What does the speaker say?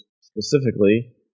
specifically